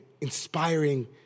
inspiring